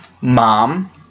mom